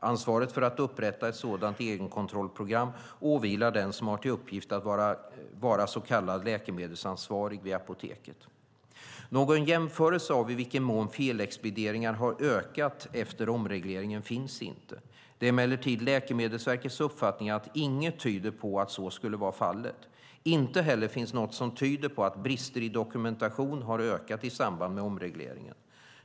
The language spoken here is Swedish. Ansvaret för att upprätta ett sådant egenkontrollprogram åvilar den som har till uppgift att vara så kallad läkemedelsansvarig vid apoteket. Någon jämförelse av i vilken mån felexpedieringar har ökat efter omregleringen finns inte. Det är emellertid Läkemedelsverkets uppfattning att inget tyder på att så skulle vara fallet. Inte heller finns något som tyder på att brister i dokumentation har ökat i samband med omregleringen.